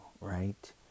right